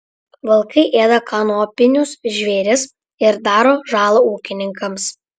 vilkai ėda kanopinius žvėris ir daro žalą ūkininkams